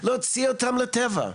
להוציא אותם לטבע,